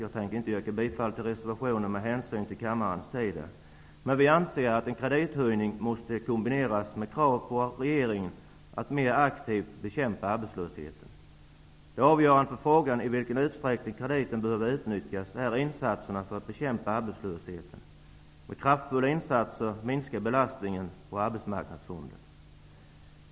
Jag tänker med hänsyn till kammarens tid inte yrka bifall till reservationen, men vi anser att en kredithöjning måste kombineras med krav på regeringen att mer aktivt bekämpa arbetslösheten. Det avgörande för frågan i vilken utsträckning krediten behöver utnyttjas är insatserna för att bekämpa arbetslösheten. Med kraftfulla insatser minskar belastningen på Arbetsmarknadsfonden.